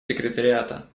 секретариата